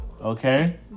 Okay